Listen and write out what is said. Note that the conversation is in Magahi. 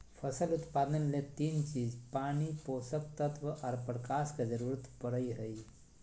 फसल उत्पादन ले तीन चीज पानी, पोषक तत्व आर प्रकाश के जरूरत पड़ई हई